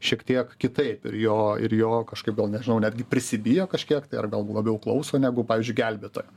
šiek tiek kitaip ir jo ir jo kažkaip gal nežinau netgi prisibijo kažkiek tai ar gal labiau klauso negu pavyzdžiui gelbėtojo